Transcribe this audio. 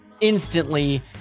instantly